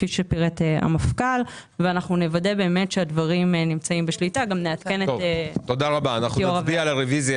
מי בעד הרביזיה